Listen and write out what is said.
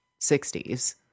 60s